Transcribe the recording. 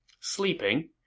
sleeping